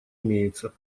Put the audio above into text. имеется